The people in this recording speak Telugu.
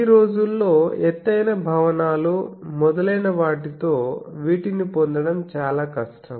ఈ రోజుల్లో ఎత్తైన భవనాలు మొదలైన వాటితో వీటిని పొందడం చాలా కష్టం